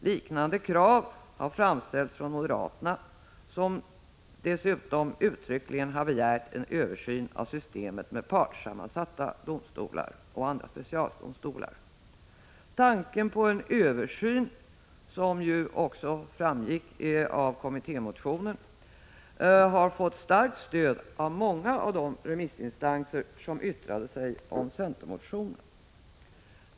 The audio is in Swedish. Liknande krav har framställts från moderaterna som dessutom uttryckligen har begärt en översyn av systemet med partssammansatta domstolar och andra specialdomstolar. Tanken på en översyn får starkt stöd av många av de remissinstanser som yttrat sig om centermotionen, vilket framgick av kommittémotionen.